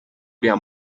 uriya